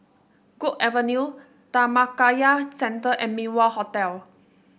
Guok Avenue Dhammakaya Centre and Min Wah Hotel